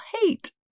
hate